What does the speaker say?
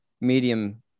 medium